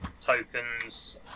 tokens